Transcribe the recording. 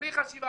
בלי חשיבה.